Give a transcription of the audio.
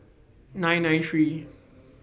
nine nine three